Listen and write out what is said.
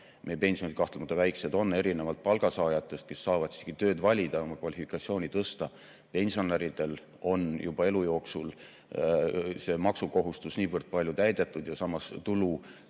meie pensionid kahtlemata väiksed on –, erinevalt palgasaajatest, kes saavad tööd valida, oma kvalifikatsiooni tõsta. Pensionäridel on juba elu jooksul see maksukohustus niivõrd palju täidetud ja samas on